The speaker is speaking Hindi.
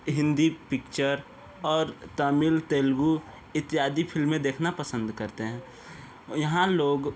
हिंदी पिक्चर और तमिल तेलुगु इत्यादि फ़िल्में देखना पसंद करते हैं यहां लोग